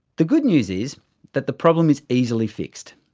the good news is that the problem is easily fixed.